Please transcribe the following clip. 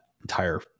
entire